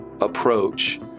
approach